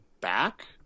back